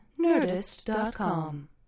nerdist.com